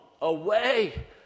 away